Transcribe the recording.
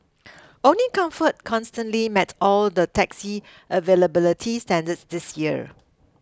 only comfort consistently met all the taxi availability standards this year